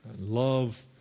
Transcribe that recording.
love